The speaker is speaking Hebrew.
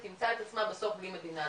תמצא את עצמה בסוף בלי מדינה.